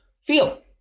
feel